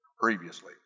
previously